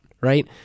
right